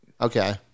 Okay